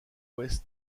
ouest